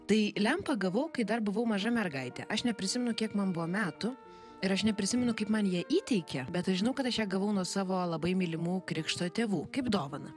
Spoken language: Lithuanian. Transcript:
tai lempą gavau kai dar buvau maža mergaitė aš neprisimenu kiek man buvo metų ir aš neprisimenu kaip man ją įteikė bet aš žinau kad aš ją gavau nuo savo labai mylimų krikšto tėvų kaip dovaną